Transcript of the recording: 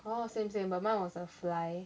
oh same same but mine was a fly